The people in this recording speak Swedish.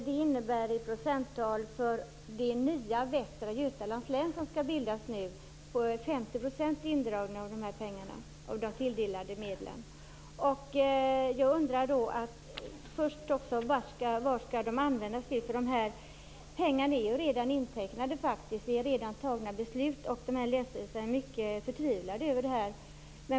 Det innebär en 50-procentig indragning av de tilldelade medlen för det nya län som skall bildas, Västra Götalands län. Jag undrar först och främst vad de skall användas till. Pengarna är faktiskt redan intecknade. Beslut har redan fattats. De här länsstyrelserna är mycket förtvivlade över detta.